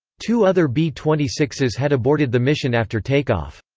two other b twenty six s had aborted the mission after take-off.